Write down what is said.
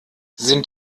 sind